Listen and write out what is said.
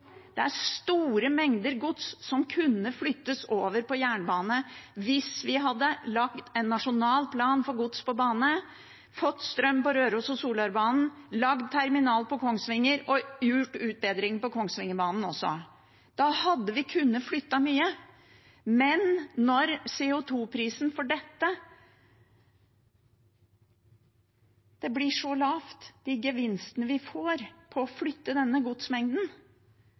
Det er store mengder gods som kunne flyttes over på jernbane, hvis vi hadde lagd en nasjonal plan for gods på bane, fått strøm på Rørosbanen og Solørbanen, lagd terminal på Kongsvinger og gjort utbedringer på Kongsvingerbanen også. Da kunne vi ha flyttet mye, men CO 2 -prisen for dette gjør at gevinstene vi får ved å flytte denne godsmengden,